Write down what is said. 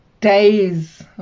days